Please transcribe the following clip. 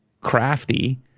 crafty